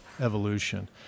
evolution